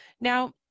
Now